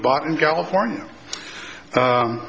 bought in california